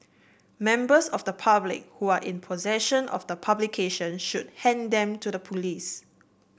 members of the public who are in possession of the publications should hand them to the police